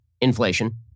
inflation